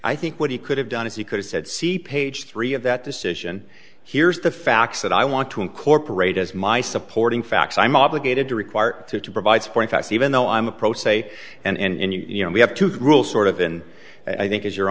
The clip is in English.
i think what he could have done is he could have said see page three of that decision here's the facts that i want to incorporate as my supporting facts i'm obligated to require to to provide support facts even though i'm a pro se and you know we have to rule sort of in i think as your